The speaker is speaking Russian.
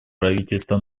правительства